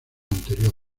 anterior